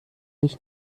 ich